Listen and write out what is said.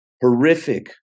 horrific